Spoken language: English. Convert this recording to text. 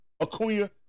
Acuna